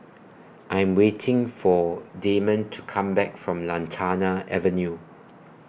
I Am waiting For Damond to Come Back from Lantana Avenue